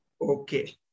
Okay